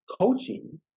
coaching